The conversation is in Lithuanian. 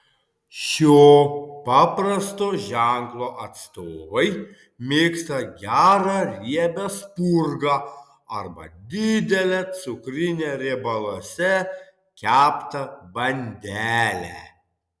šio paprasto ženklo atstovai mėgsta gerą riebią spurgą arba didelę cukrinę riebaluose keptą bandelę